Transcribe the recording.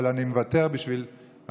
ואני מוותר בשביל,